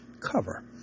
cover